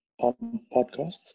Podcasts